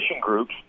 groups